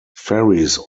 ferries